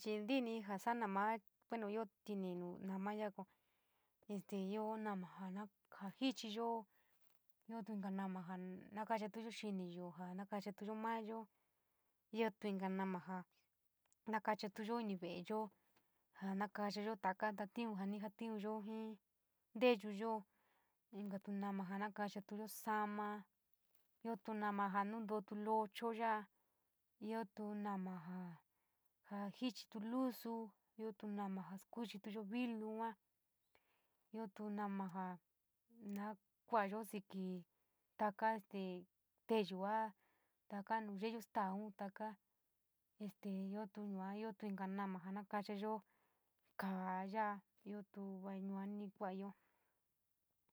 Chi ntiníí jaa saa nama, bueno ia tintino nama ya koo este io nama ja feniyo, io tu kika nama ja na fenchatayo feniiyo, io na kachatayo naiya, io maka nama ja na fencható ini veleyo, io na kachayo nototín. Ja na safinuyo ja feniyo, io feniyo, io na kachayo so oma io to nama ja na kachao locho yona kañaiya sa oma kachito lusu, io to yonia, io sa kachito lulo yua, io na kachaya no kañaiyo siix teyo, toko koo no yeyo stay toko este io tu yua, io to inka nama ja no na kachayo kaa ya´a, io tu va yua ni io.